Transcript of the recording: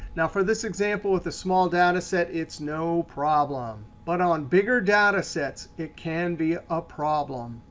now for this example with a small data set it's no problem. but on bigger data sets it can be a problem.